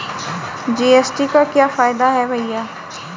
GST का क्या फायदा है भैया?